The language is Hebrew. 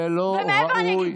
זה לא ראוי.